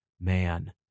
man